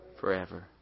Forever